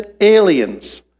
aliens